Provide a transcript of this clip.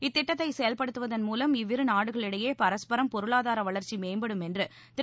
இத்திட்டத்தை செயல்படுத்துவதன் மூவம் இவ்விரு நாடுகளிடையே பரஸ்பரம் பொருளாதார வளர்ச்சி மேம்படும் என்று திரு